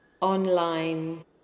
online